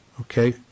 Okay